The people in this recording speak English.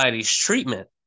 treatment